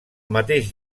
mateix